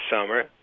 summer